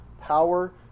power